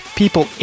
people